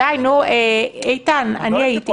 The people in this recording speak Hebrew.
די, נו, איתן, אני הייתי כאן,